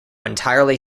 entirely